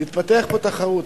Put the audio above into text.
תתפתח פה תחרות.